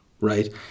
right